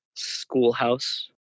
Schoolhouse